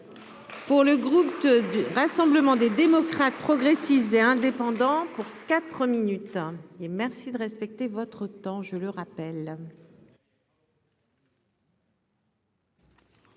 Pour le groupe du Rassemblement des démocrates progressistes et indépendants pour quatre. 3 minutes et merci de respecter votre temps, je le rappelle.